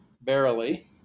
barely